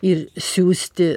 ir siųsti